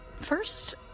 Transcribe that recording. first